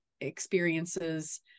experiences